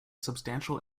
substantial